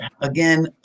again